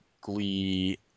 Glee